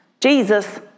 Jesus